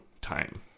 time